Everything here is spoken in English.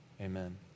amen